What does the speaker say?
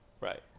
Right